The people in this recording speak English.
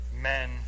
men